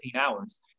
hours